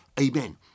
Amen